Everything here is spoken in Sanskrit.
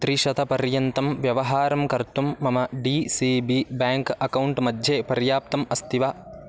त्रिशतपर्यन्तं व्यवहारं कर्तुं मम D C B bank account मध्ये पर्याप्तम् अस्ति वा